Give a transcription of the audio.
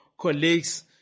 colleagues